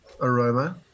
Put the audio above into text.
aroma